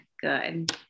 good